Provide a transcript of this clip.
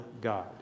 God